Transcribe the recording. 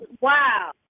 Wow